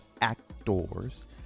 actors